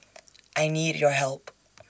I need your help